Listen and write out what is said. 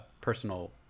personal